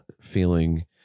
feeling